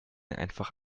einfach